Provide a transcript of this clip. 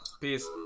Peace